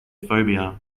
phobia